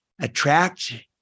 attract